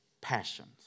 passions